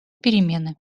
перемены